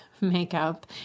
makeup